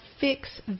fix